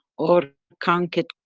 or can't get,